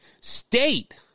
state